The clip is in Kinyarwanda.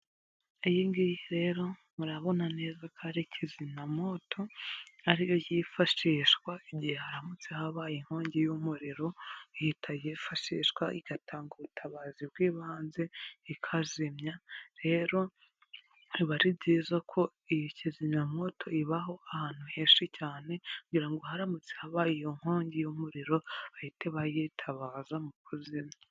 Iyingiyi rero murabonanezako arikizimya mwoto ariyo yifashishwa agihe haramutse habaye inkongi yumuriro ihitayifashishwa igatanga ubutabazi bwibaze ikazimya rero ibaribyizako iyokizimyamwoto iba ahantu henshi cyane gugirango haramutse habaye inkongi yumuriro bahite bayitabaza mukuzimya